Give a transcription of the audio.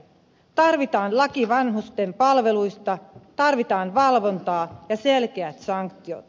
tarvitaan laki vanhusten palveluista tarvitaan valvontaa ja selkeät sanktiot